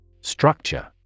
Structure